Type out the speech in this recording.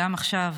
גם עכשיו,